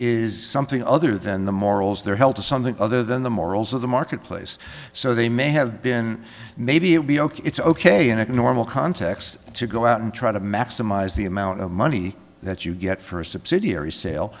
is something other than the morals they're held to something other than the morals of the marketplace so they may have been maybe it would be it's ok in a normal context to go out and try to maximize the amount of money that you get for a subsidiary sale